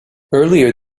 earlier